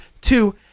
Two